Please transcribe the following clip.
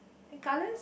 then colors